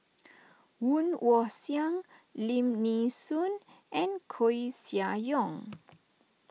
Woon Wah Siang Lim Nee Soon and Koeh Sia Yong